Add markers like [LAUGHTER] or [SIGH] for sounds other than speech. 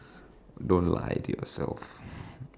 don't lie to yourself [BREATH]